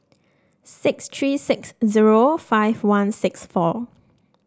six three six zero five one six four